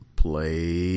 play